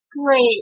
Great